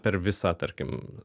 per visą tarkim